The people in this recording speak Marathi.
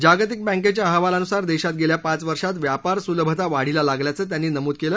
जागतिक बॅकेच्या अहवालानुसार देशात गेल्या पाच वर्षात व्यापारस्लभता वाढीला लागल्याचं त्यांनी नमूद केलं